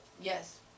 yes